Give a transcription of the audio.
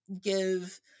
give